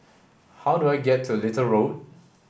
how do I get to Little Road